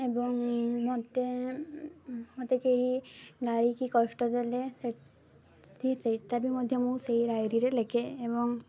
ଏବଂ ମୋତେ ମୋତେ କେହି ଗାଳି କଷ୍ଟ ଦେଲେ ସେଟା ବି ମଧ୍ୟ ମୁଁ ସେଇ ଡାଏରୀରେ ଲେଖେ ଏବଂ